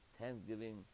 thanksgiving